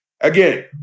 Again